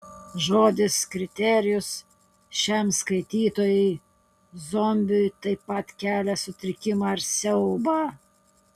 žodis kriterijus šiam skaitytojui zombiui taip pat kelia sutrikimą ir siaubą